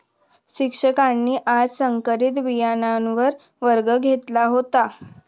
शिक्षकांनी आज संकरित बियाणांवर वर्ग घेतला होता